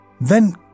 Then